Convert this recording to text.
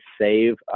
save